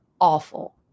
awful